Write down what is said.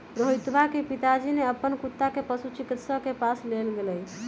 रोहितवा के पिताजी ने अपन कुत्ता के पशु चिकित्सक के पास लेगय लय